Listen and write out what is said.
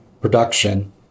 production